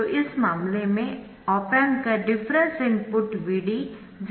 तो इस मामले में ऑप एम्प का डिफरेंस इनपुट Vd 0 है